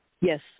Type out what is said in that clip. Yes